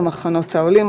מחנות העולים,